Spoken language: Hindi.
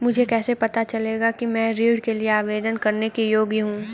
मुझे कैसे पता चलेगा कि मैं ऋण के लिए आवेदन करने के योग्य हूँ?